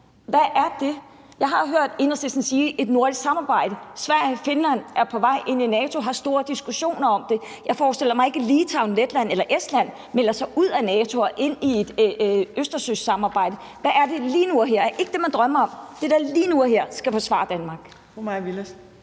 Hvad er det? Jeg har hørt Enhedslisten sige et nordisk samarbejde. Sverige og Finland er på vej ind i NATO og har store diskussioner om det. Jeg forestiller mig ikke, at Litauen, Letland eller Estland melder sig ud af NATO og ind i et Østersøsamarbejde. Så hvad er det lige nu og her – ikke det, man drømmer om – der skal forsvare Danmark?